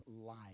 life